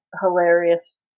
hilarious